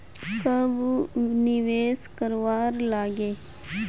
कब निवेश करवार लागे?